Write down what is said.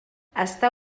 està